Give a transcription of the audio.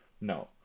No